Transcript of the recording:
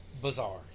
Bizarre